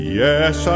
yes